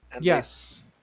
Yes